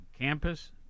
campus